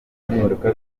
impinduka